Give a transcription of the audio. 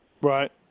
Right